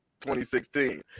2016